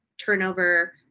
turnover